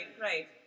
right